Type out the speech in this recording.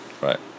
Right